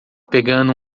pegando